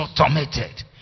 automated